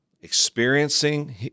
experiencing